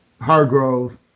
Hargrove